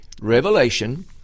Revelation